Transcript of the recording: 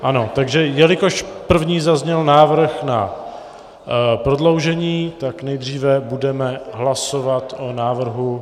Ano, takže jelikož první zazněl návrh na prodloužení, tak nejdříve budeme hlasovat o návrhu...